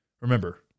Remember